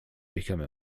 become